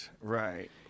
right